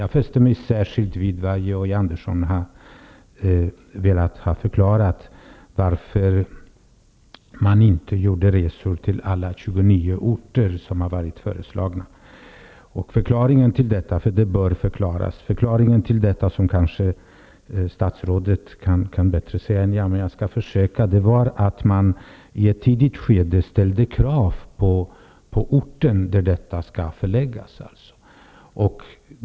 Jag fäste mig särskilt vid det Georg Andersson vill ha förklaring till. Han undrade varför man inte besökte alla de 29 orter som var föreslagna. Det bör förklaras. Förklaringen är, som statsrådet säkert känner till, att det i ett tidigt skede ställdes vissa krav på den ort där institutet skulle förläggas.